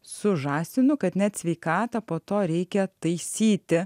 su žąsinu kad net sveikatą po to reikia taisyti